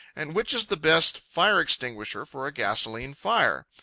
and which is the best fire-extinguisher for a gasolene fire?